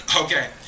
Okay